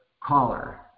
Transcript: Caller